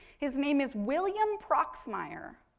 his name is william proxmire,